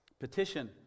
Petition